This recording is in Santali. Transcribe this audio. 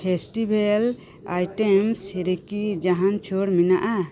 ᱯᱷᱮᱥᱴᱤᱵᱮᱞ ᱟᱭᱴᱮᱢᱥ ᱨᱮᱠᱤ ᱡᱟᱦᱟᱱ ᱪᱷᱟᱹᱲ ᱢᱮᱱᱟᱜ ᱟ